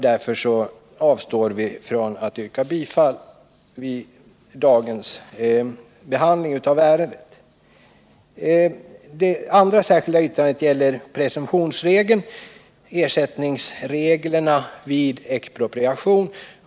Därför avstår vi från att yrka bifall till våra motioner vid dagens behandling av ärendet. Det andra särskilda yttrandet gäller presumtionsregeln och ersättningsreglerna vid expropriation.